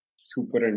Super